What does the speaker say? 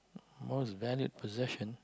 most valued possession